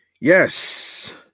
yes